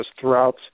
throughout